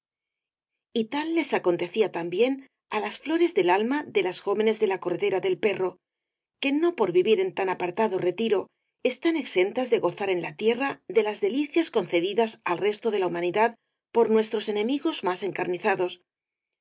y tal les acontecía también á las flores del alma de las jóvenes de la corredera del perro que no por vivir en tan apartado retiro están exentas de gozar en la tierra de las delicias concedidas al resto de la humanidad por nuestros enemigos más encarnizados